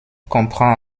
comprend